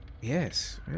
Yes